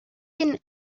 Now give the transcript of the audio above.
been